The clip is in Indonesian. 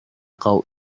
kau